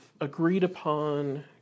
agreed-upon